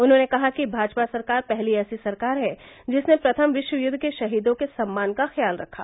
उन्होंने कहा कि भाजपा सरकार पहली ऐसी सरकार है जिसने प्रथम विश्व युद्ध के शहीदों के सम्मान का ख्याल रखा